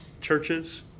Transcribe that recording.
Churches